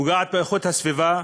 פוגעת באיכות הסביבה,